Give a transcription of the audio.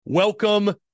Welcome